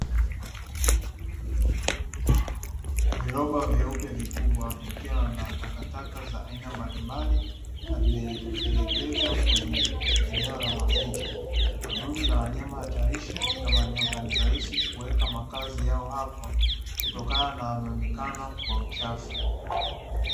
Viroba vyeupe vikubwa, vikiwa na takataka za aina mbalimbali, na vimetelekezwa kwenye eneo la maficho, wadudu na wanyama hatarishi kama nyoka ni rahisi kuweka makazi yao hapo kutokana na uchafu.